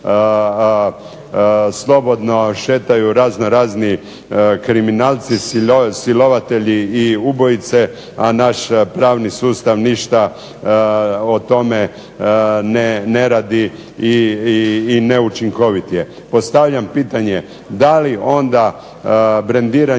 slobodno šetaju raznorazni kriminalci, silovatelji i ubojice, a naš pravni sustav ništa o tome ne radi i neučinkovit je. Postavljam pitanje, da li onda brendiranje